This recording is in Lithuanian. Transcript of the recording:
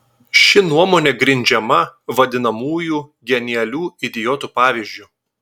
ši nuomonė grindžiama vadinamųjų genialių idiotų pavyzdžiu